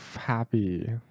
happy